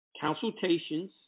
consultations